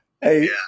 Hey